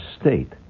state